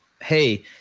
hey